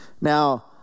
Now